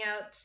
out